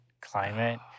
climate